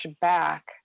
back